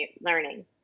learning